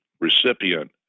recipient